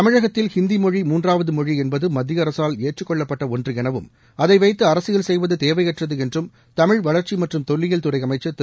தமிழகத்தில் ஹிந்தி மொழி மூன்றாவது மொழி என்பது மத்திய அரசால் ஏற்றுக்கொள்ளப்பட்ட ஒன்று எனவும் அதை வைத்து அரசியல் செய்வது தேவையற்றது என்றும் தமிழ்வளர்ச்சி மற்றும் தொல்லியல் துறை அமைச்சர் திரு